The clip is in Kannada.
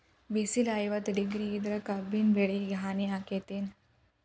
ಬಿಸಿಲ ಐವತ್ತ ಡಿಗ್ರಿ ಇದ್ರ ಕಬ್ಬಿನ ಬೆಳಿಗೆ ಹಾನಿ ಆಕೆತ್ತಿ ಏನ್?